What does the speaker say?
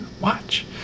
Watch